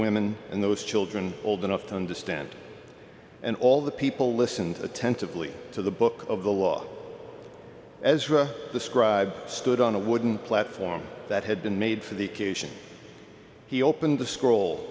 women and those children old enough to understand and all the people listened attentively to the book of the law ezra the scribe stood on a wooden platform that had been made for the occasion he opened the sc